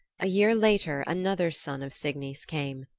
a year later another son of signy's came.